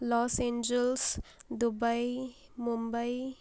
loss Angeles Dubai Mumbai